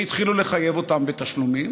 והתחילו לחייב אותם בתשלומים,